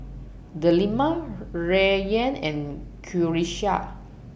Delima Rayyan and Qalisha